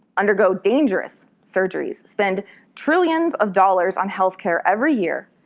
undergo dangerous surgeries, spend trillions of dollars on health care every year,